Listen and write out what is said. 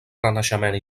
renaixement